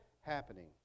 happening